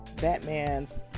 Batman's